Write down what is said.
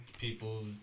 people